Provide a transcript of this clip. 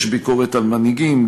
יש ביקורת על מנהיגים,